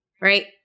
right